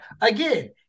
again